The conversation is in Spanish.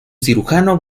cirujano